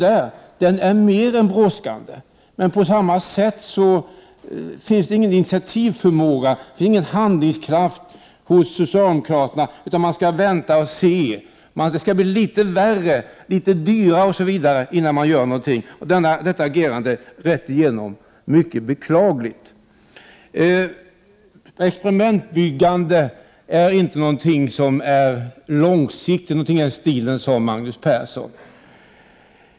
Frågan är mer än brådskande, men liksom förut finns ingen initiativförmåga och ingen handlingskraft hos socialdemokraterna, utan man skall vänta och se. Det skall bli litet värre, litet dyrare osv. innan man gör någonting. Detta agerande är rätt igenom mycket beklagligt. Magnus Persson sade något om att experimentbyggande inte är något som sker med långsiktig planering.